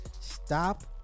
stop